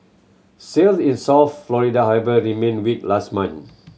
sales in South Florida however remained weak last month